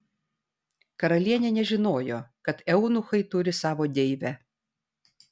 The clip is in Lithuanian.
karalienė nežinojo kad eunuchai turi savo deivę